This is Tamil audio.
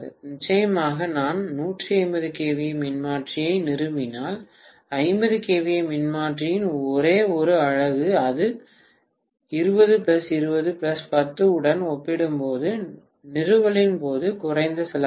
நிச்சயமாக நான் 150 kVA மின்மாற்றியை நிறுவினால் 50 kVA மின்மாற்றியின் ஒரே ஒரு அலகு இது 20 20 10 உடன் ஒப்பிடும்போது நிறுவலின் போது குறைந்த செலவாகும்